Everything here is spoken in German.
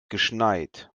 geschneit